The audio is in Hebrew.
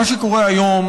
מה שקורה היום,